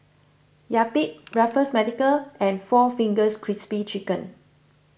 Yupi Raffles Medical and four Fingers Crispy Chicken